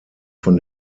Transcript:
von